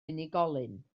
unigolyn